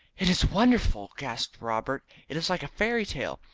it is wonderful! gasped robert. it is like a fairy tale.